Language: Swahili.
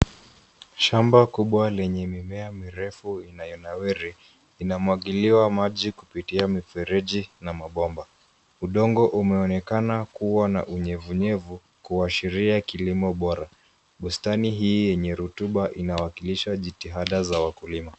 Shamba kubwa lenye mimea mirefu, inayonawiri, inamwagiliwa maji kupitia mifereji, na mabomba. Udongo umeonekana kuwa na unyevu nyevu, kuashiria kilimo bora. Bustani hii yenye rotuba, inawakilisha jitihada za wakulima.